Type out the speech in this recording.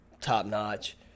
top-notch